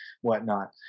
whatnot